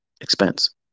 expense